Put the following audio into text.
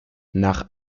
nach